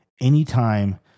anytime